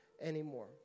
anymore